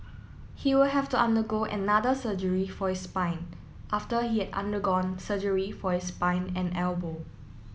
he will have to undergo another surgery for his spine after he had undergone surgery for his spine and elbow